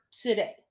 today